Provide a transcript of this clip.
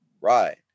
right